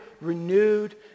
renewed